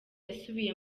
yasubiye